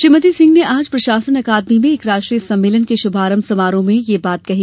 श्रीमती सिंह ने आज प्रशासन अकादमी में एक राष्ट्रीय सम्मेलन के शुभारंभ समारोह में ये बात कही